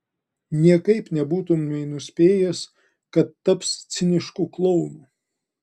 niekaip nebūtumei nuspėjęs kad taps cinišku klounu